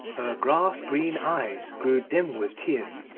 grass-green eyes grew dim with tears,